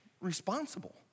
responsible